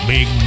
Big